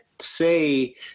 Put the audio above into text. Say